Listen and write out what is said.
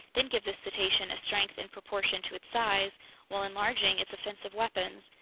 then give this cetacean a strength in proportion to its size while enlarging its offensive weapons,